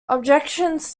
objections